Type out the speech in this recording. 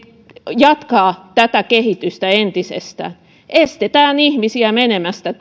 jatkaa tätä kehitystä entisestään estetään ihmisiä menemästä